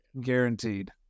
Guaranteed